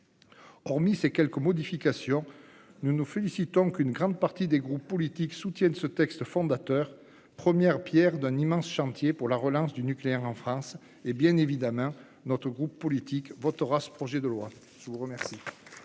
Hormis ces quelques points, nous nous félicitons qu'une grande partie des groupes politiques soutienne ce texte fondateur, première pierre d'un immense chantier pour la relance du nucléaire en France. Bien évidemment, notre groupe le votera. La parole est à M. Franck